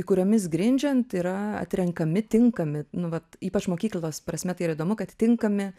kuriomis grindžiant yra atrenkami tinkami nu vat ypač mokyklos prasme tai yra įdomu kad tinkami